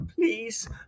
Please